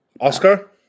Oscar